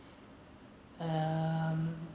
um